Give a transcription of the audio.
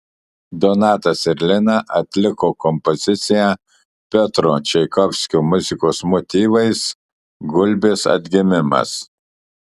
donatas ir lina atliko kompoziciją piotro čaikovskio muzikos motyvais gulbės atgimimas